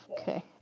Okay